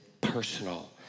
personal